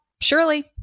surely